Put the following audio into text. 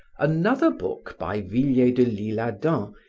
another book by villiers de l'isle adam,